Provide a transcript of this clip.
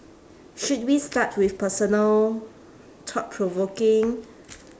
should we start with personal thought provoking